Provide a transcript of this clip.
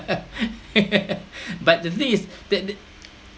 but the thing is that the